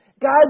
God